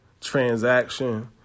transaction